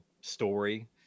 story